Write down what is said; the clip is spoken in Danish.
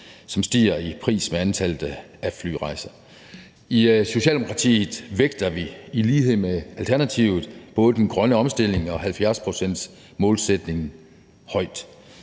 som stiger ved antallet af flyrejser. I Socialdemokratiet vægter vi i lighed med Alternativet både den grønne omstilling og 70-procentsmålsætningen højt.